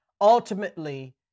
Ultimately